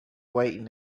waiting